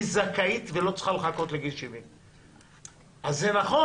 היא זכאית ולא צריכה לחכות לגיל 70. אז נכון